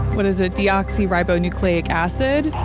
what is it, deoxyribonucleic acid?